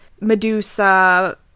Medusa